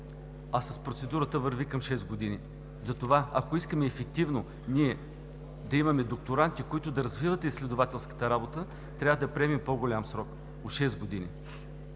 а с процедурата върви към шест години. Затова, ако искаме ефективно да имаме докторанти, които да развиват изследователската работа, трябва да приемем по-голям срок – от шест години.